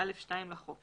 6א2 לחוק